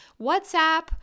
WhatsApp